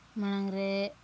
ᱢᱟᱲᱟᱝᱨᱮ